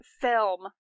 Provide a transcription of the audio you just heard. film